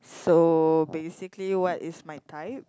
so basically what is my type